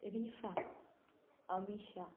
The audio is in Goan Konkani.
रिफा अमिशा